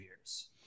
years